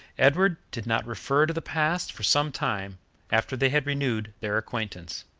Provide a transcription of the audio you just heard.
edward did not refer to the past for some time after they had renewed their acquaintance.